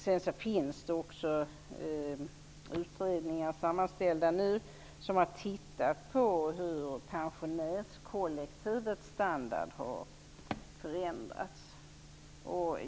Det har nu också gjorts utredningssammanställningar över hur pensionärskollektivets standard har förändrats.